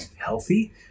healthy